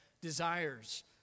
desires